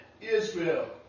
Israel